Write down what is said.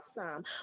awesome